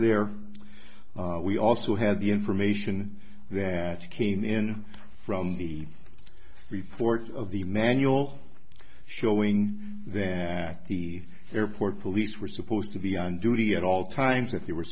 there we also have the information that came in from the report of the manual showing that the airport police were supposed to be on duty at all times